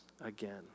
again